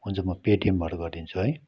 हुन्छ म पेटिएमबाट गरिदिन्छु है